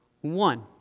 One